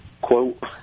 quote